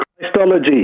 Christology